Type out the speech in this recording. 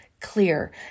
Clear